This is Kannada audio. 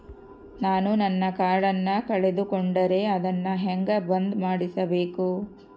ನಾನು ನನ್ನ ಕಾರ್ಡನ್ನ ಕಳೆದುಕೊಂಡರೆ ಅದನ್ನ ಹೆಂಗ ಬಂದ್ ಮಾಡಿಸಬೇಕು?